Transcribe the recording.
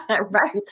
Right